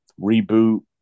reboot